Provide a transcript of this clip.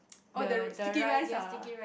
oh the r~ sticky rice ah